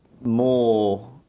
more